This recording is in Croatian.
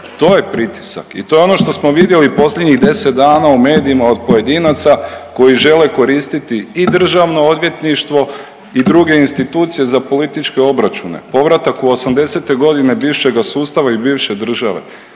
To je pritisak. I to je ono što smo vidjeli posljednjih 10 dana u medijima od pojedinaca koji žele koristiti i Državno odvjetništvo i druge institucije za političke obračune, povratak u osamdesete godine bivšega sustava i bivše države.